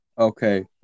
Okay